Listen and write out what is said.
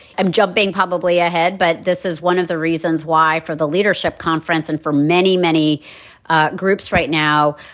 i'm jumping probably ahead, but this is one of the reasons why for the leadership conference and for many, many ah groups right now,